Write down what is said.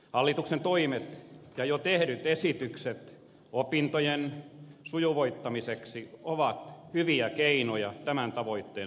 hallituksen toimet ja jo tehdyt esitykset opintojen sujuvoittamiseksi ovat hyviä keinoja tämän tavoitteen saavuttamiseksi